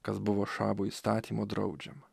kas buvo šabo įstatymo draudžiama